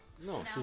No